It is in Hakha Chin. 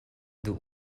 duh